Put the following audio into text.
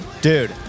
Dude